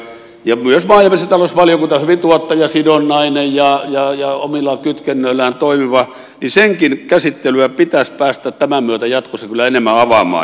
ja myös maa ja metsätalousvaliokunta on hyvin tuottajasidonnainen ja omillaan kytkennöillään toimiva ja senkin käsittelyä pitäisi päästä tämän myötä jatkossa kyllä enemmän avaamaan